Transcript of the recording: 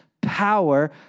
power